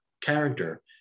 character